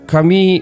Kami